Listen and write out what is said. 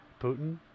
Putin